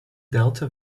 delta